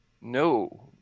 No